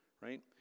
right